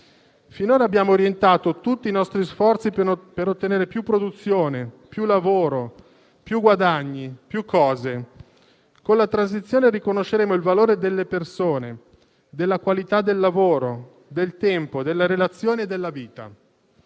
Finora abbiamo orientato tutti i nostri sforzi per ottenere più produzione, più lavoro, più guadagni, più cose. Con la transizione riconosceremo il valore delle persone, della qualità del lavoro, del tempo, delle relazioni e della vita.